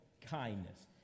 kindness